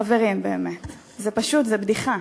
חברים, באמת, זו פשוט בדיחה,